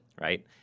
right